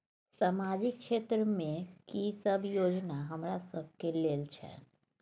सामाजिक क्षेत्र में की सब योजना हमरा सब के लेल छै?